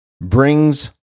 brings